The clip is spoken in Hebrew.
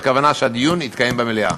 הכוונה היא שהדיון יתקיים במליאה.